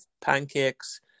pancakes